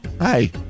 Hi